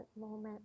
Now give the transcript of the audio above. moment